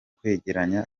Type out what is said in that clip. kwegeranya